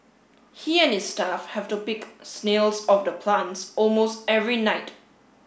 he and his staff have to pick snails off the plants almost every night